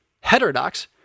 heterodox